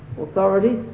authorities